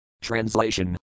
Translation